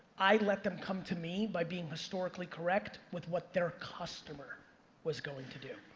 i let them come to me by being historically correct with what their customer was going to do.